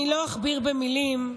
אני לא אכביר במילים,